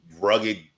rugged